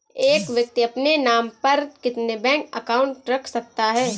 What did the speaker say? एक व्यक्ति अपने नाम पर कितने बैंक अकाउंट रख सकता है?